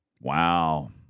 Wow